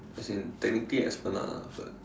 as it technically esplanade ah but